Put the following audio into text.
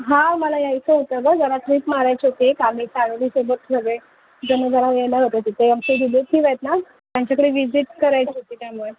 हां मला यायचं होतं गं जरा ट्रीप मारायची होती एक आम्ही फॅमेलीसोबत सगळे त्यामुळे जरा येणार होतो तिथे आमचे रिलेटिव आहेत ना त्यांच्याकडे विजित करायची होती त्यामुळे